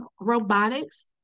robotics